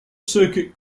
circuit